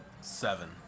Seven